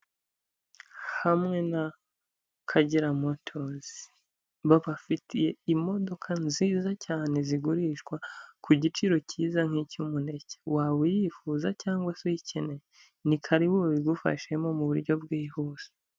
Hamwe na Akagera motors babafitiye imodoka nziza cyane zigurishwa ku giciro cyiza nk'icy'umuneke. Waba wifuza cyangwa se uyikeneye? Ni karibu babigufashemo mu buryo bwihuse.